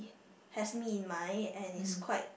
has me in mind and it's quite